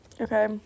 Okay